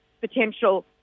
potential